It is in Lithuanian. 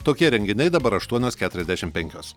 tokie renginiai dabar aštuonios keturiasdešim penkios